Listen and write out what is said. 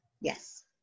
Yes